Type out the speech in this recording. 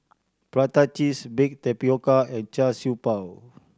prata cheese baked tapioca and Char Siew Bao